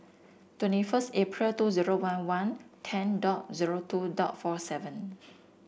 twenty first April two zero one one ten dot zero dot forty seven